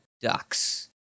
ducks